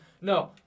No